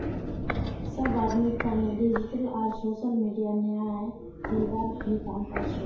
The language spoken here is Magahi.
सब आदमीर तने डिजिटल आर सोसल मीडिया न्याय दिलवार भी काम कर छे